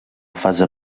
fase